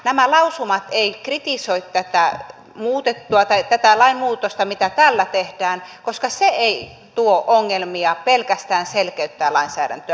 nämä lausumat eivät kritisoi tätä lainmuutosta mitä tällä tehdään koska se ei tuo ongelmia pelkästään selkeyttää lainsäädäntöä